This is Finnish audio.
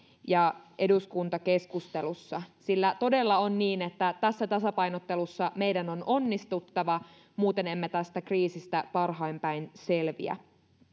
ja eduskuntakeskustelussa sillä todella on niin että tässä tasapainottelussa meidän on onnistuttava muuten emme tästä kriisistä parhain päin selviä